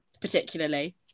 particularly